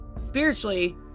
spiritually